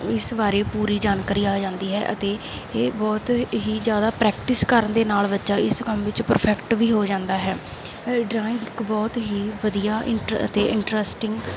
ਇਸ ਬਾਰੇ ਪੂਰੀ ਜਾਣਕਾਰੀ ਆ ਜਾਂਦੀ ਹੈ ਅਤੇ ਇਹ ਬਹੁਤ ਹੀ ਜ਼ਿਆਦਾ ਪ੍ਰੈਕਟਿਸ ਕਰਨ ਦੇ ਨਾਲ ਬੱਚਾ ਇਸ ਕੰਮ ਵਿੱਚ ਪਰਫੈਕਟ ਵੀ ਹੋ ਜਾਂਦਾ ਹੈ ਡਰਾਇੰਗ ਇੱਕ ਬਹੁਤ ਹੀ ਵਧੀਆ ਇੰਟਰ ਅਤੇ ਇੰਟਰਸਟਿੰਗ